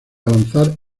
avanzar